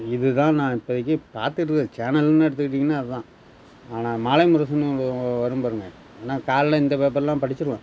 இதுதான் நான் இப்போதைக்கி பார்த்துட்ருக்க சேனல்ன்னு எடுத்துக்கிட்டிங்கனால் அதுதான் ஆனால் மாலைமுரசுன்னு ஒன்று வரும் பாருங்கள் ஆனால் காலைல இந்த பேப்பர்லாம் படிச்சிடுவேன்